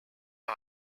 her